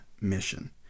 mission